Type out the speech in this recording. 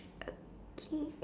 okay